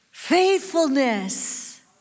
Faithfulness